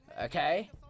Okay